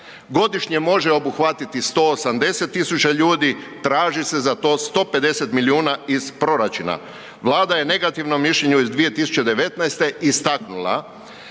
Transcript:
godišnje može obuhvatiti 180.000 ljudi, traži se za to 150 milijuna iz proračuna. Vlada je negativno mišljenje iz 2019.istaknula